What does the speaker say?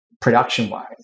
production-wise